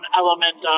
element